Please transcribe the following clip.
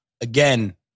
again